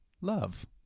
Love